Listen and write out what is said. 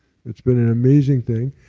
it's been an amazing thing.